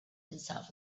himself